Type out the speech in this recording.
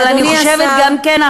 אבל אני חושבת גם כן,